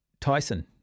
Tyson